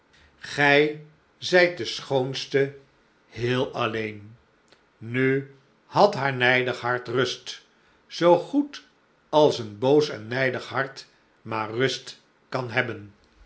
gij zijt de schoonste heel alleen nu had haar nijdig hart rust zoo goed als een boos en nijdig hart maar rust kan hebben